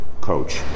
Coach